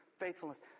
faithfulness